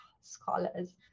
scholars